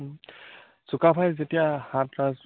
চুকাফাই যেতিয়া